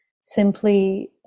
simply